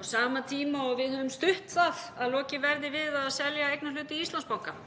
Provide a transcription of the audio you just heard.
á sama tíma og við höfum stutt það að lokið verði við að selja eignarhlut í Íslandsbanka.